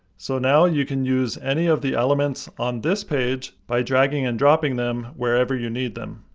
so now, you can use any of the elements on this page by dragging and dropping them wherever you need them.